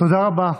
תודה רבה.